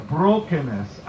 brokenness